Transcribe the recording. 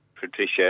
Patricia